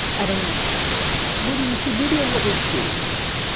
i don't know money is a medium of exchange.